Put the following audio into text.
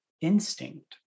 instinct